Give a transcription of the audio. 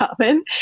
common